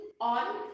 on